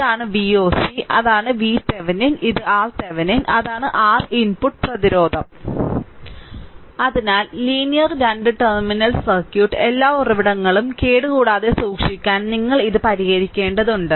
ഇതാണ് V oc അതാണ് VThevenin ഇത് RThevenin അതാണ് R ഇൻപുട്ട് പ്രതിരോധം അതിനാൽ ലീനിയർ 2 ടെർമിനൽ സർക്യൂട്ട് എല്ലാ ഉറവിടങ്ങളും കേടുകൂടാതെ സൂക്ഷിക്കാൻ നിങ്ങൾ ഇത് പരിഹരിക്കേണ്ടതുണ്ട്